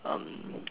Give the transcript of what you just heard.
um